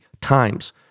times